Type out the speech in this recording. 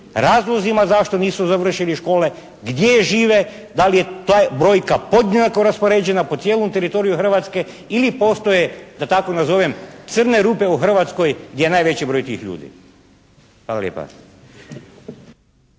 razlozima zašto nisu završili škole, gdje žive, da li je ta brojka podjednako raspoređena po cijelom teritoriju Hrvatske ili postoje da tako nazovem "crne rupe" u Hrvatskoj gdje je najveći broj tih ljudi. Hvala lijepa.